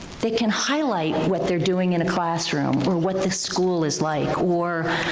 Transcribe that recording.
they can highlight what they're doing in a classroom or what the school is like or.